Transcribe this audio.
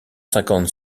cinquante